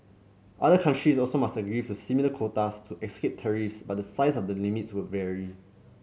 other countries also must agree to similar quotas to escape tariffs but the size of the limits would vary